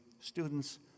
Students